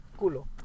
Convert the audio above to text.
Culo